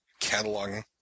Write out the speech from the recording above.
Cataloging